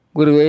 Guru